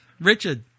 Richard